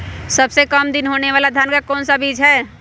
सबसे काम दिन होने वाला धान का कौन सा बीज हैँ?